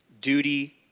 duty